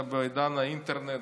בעידן האינטרנט,